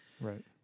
Right